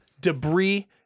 debris